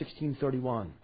1631